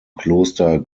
kloster